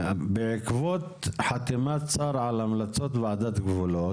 בעקבות חתימת שר על המלצות ועדת גבולות,